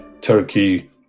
Turkey